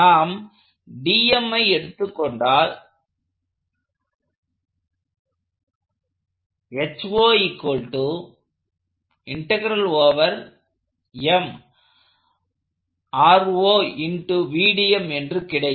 நாம் dmஐ எடுத்துக்கொண்டால் என்று கிடைக்கும்